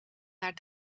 naar